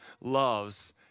loves